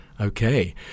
Okay